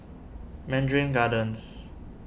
Mandarin Gardens